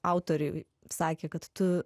autoriui sakė kad tu